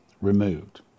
removed